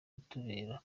kutubera